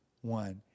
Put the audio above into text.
one